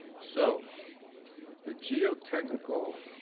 so the geo technical